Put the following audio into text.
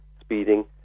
speeding